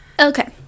okay